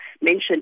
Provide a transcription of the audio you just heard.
mentioned